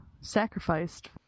sacrificed